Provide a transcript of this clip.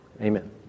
Amen